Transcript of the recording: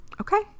Okay